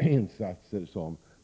insatser.